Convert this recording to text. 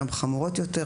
גם חמורות יותר,